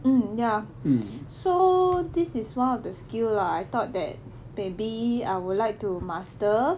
mm ya so this is one of the skill lah I thought that maybe I would like to master